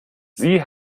sie